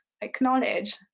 acknowledge